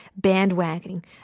bandwagoning